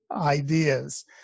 ideas